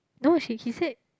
no she he said